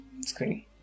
screen